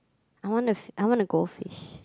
I want a fish I want a goldfish